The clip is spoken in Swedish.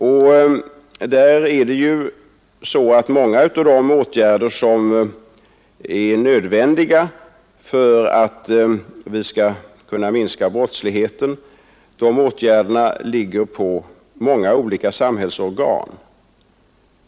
Och många av de åtgärder som är nödvändiga för att vi skall kunna minska brottsligheten ligger på flera olika samhällsorgan.